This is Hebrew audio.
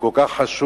שזה כל כך חשוב